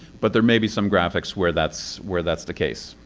but there may be some graphics where that's where that's the case.